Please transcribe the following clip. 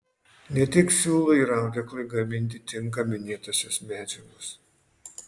ne tik siūlui ir audeklui gaminti tinka minėtosios medžiagos